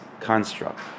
construct